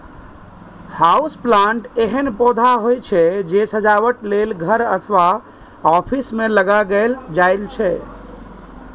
house plant एहन पौधा होइ छै, जे सजावट लेल घर अथवा ऑफिस मे लगाएल जाइ छै